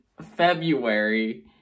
February